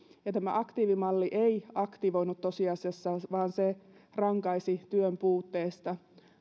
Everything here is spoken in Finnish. tämä aktiivimalli ei tosiasiassa aktivoinut vaan se rankaisi työn puutteesta